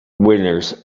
winners